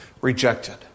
rejected